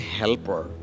helper